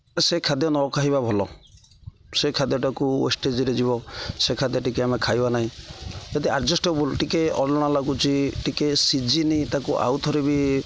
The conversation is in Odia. ସେ ଖାଦ୍ୟ ନ ଖାଇବା ଭଲ ସେ ଖାଦ୍ୟଟାକୁ ୱେଷ୍ଟେଜ୍ରେ ଯିବ ସେ ଖାଦ୍ୟ ଟିକିଏ ଆମେ ଖାଇବା ନାହିଁ ଯଦି ଆଡ଼୍ଜଷ୍ଟେବୁଲ୍ ଟିକିଏ ଅଲଣା ଲାଗୁଛି ଟିକିଏ ସିଝିନି ତାକୁ ଆଉ ଥରେ ବି